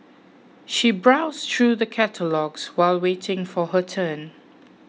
she browsed through the catalogues while waiting for her turn